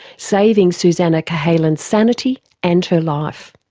saving susannah cahalan's sanity, and her life.